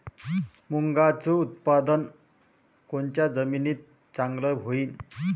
मुंगाचं उत्पादन कोनच्या जमीनीत चांगलं होईन?